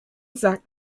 sagt